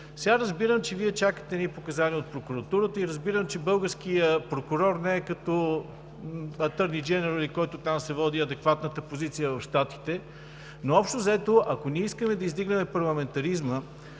Сега разбирам, че Вие чакате едни показания от Прокуратурата и разбирам, че българският прокурор не е като атърни дженерал, който се води адекватната позиция в Щатите. Но общо взето, ако ние искаме да издигнем парламентаризма,